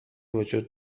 وجود